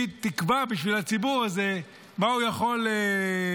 היא תקבע בשביל הציבור הזה מה הוא יכול לראות,